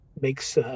makes